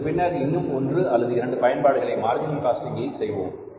இதற்கு பின்னர் இன்னும் ஒன்று அல்லது இரண்டு பயன்பாடுகளை மார்ஜினல் காஸ்டிங் செய்வோம்